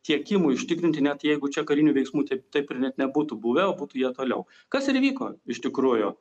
tiekimui užtikrinti net jeigu čia karinių veiksmų taip taip ir net nebūtų buvę o būtų jie toliau kas ir įvyko iš tikrųjų